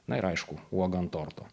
na ir aišku uoga ant torto